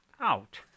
out